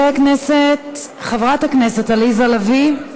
חברת הכנסת עליזה לביא,